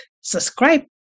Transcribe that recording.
subscribe